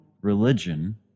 religion